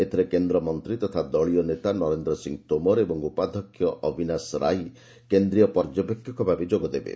ଏଥିରେ କେନ୍ଦ୍ରମନ୍ତ୍ରୀ ତଥା ଦଳୀୟ ନେତା ନରେନ୍ଦ୍ର ସିଂ ତୋମର ଏବଂ ଉପାଧ୍ୟକ୍ଷ ଅବିନାଶ ରାଇ କେନ୍ଦ୍ରୀୟ ପର୍ଯ୍ୟବେକ୍ଷକ ଭାବେ ଯୋଗଦେବେ